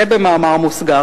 זה במאמר מוסגר.